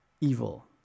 evil